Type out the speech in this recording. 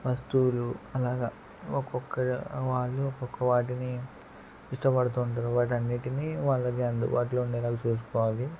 వస్తువులు అలాగ ఒక్కొక్క వాళ్ళు ఒక్కొక్క వాటిని ఇష్టపడుతూ ఉంటారు వాటన్నిటినీ వాళ్ళకి అందుబాటులో ఉండేలాగా చూసుకోవాలి